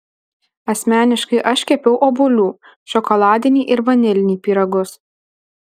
asmeniškai aš kepiau obuolių šokoladinį ir vanilinį pyragus